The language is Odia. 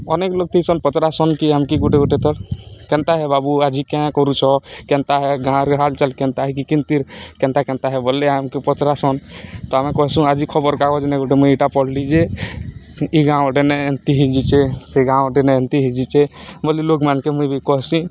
ଅନେକ୍ ଲୋକ୍ ଥିସନ୍ ପଚ୍ରାସନ୍ କି ଆମ୍କେ ଗୁଟେ ଗୁଟେ ତ କେନ୍ତା ଏ ବାବୁ ଆଜି କେଁ କରୁଛ କେନ୍ତା ହେ ଗାଁରେ ହାଲ୍ଚାଲ୍ କେନ୍ତା ଏ କି କେନ୍ତିତିର୍ କେନ୍ତା କେନ୍ତା ଏ ବୋଏଲେ ଆମକ ପଚ୍ରାସନ୍ ତ ଆମେ କହେସୁଁ ଆଜି ଖବର୍କାଗଜ୍ନେ ଗୁଟେ ମୁଇଁ ଇଟା ପଢ଼୍ଲି ଯେ ଇ ଗାଁ ଗୁଟେନେ ଏନ୍ତି ହେଇଯାଇଚେ ସେ ଗାଁ ଗୁଟେ ଏନ୍ତି ହେଇଯାଇଛେ ବୋଲି ଲୋକ୍ମନ୍କେ ମୁଇଁ ବି କହେସିଁ